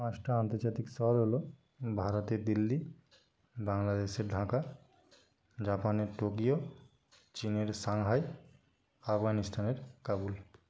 পাঁচটা আন্তর্জাতিক শহর হলো ভারতের দিল্লি বাংলাদেশের ঢাকা জাপানের টোকিও চীনের সাংহাই আফগানিস্থানের কাবুল